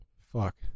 Fuck